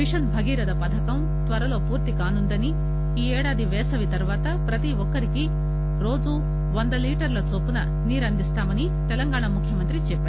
machine Bhagiratha పథకం త్వరలో పూర్తి కానుందని ఈ ఏడాది వేసవి తరువాత ప్రతి ఒక్కరికీ రోజూ వంద లీటర్ల చొప్పున నీరందిస్తామని తెలంగాణ ముఖ్యమంత్రి చెప్పారు